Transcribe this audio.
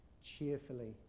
cheerfully